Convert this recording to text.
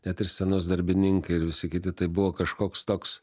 net ir scenos darbininkai ir visi kiti tai buvo kažkoks toks